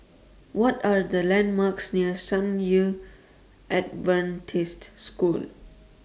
What Are The landmarks near San Yu Adventist School